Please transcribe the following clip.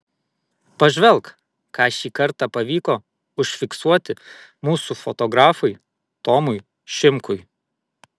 pažvelk ką šį kartą pavyko užfiksuoti mūsų fotografui tomui šimkui